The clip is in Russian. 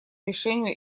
решению